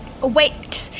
Wait